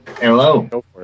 Hello